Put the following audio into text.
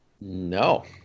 No